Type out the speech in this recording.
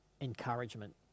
encouragement